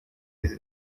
izi